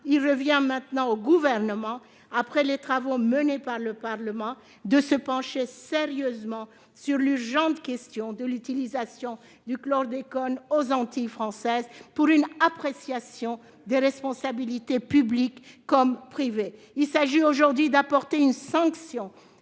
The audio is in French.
il revient maintenant au Gouvernement, après les travaux menés par le Parlement, de se pencher sérieusement sur l'urgente question de l'utilisation du chlordécone aux Antilles françaises, pour une appréciation des responsabilités publiques comme privées. Il s'agit aujourd'hui de sanctionner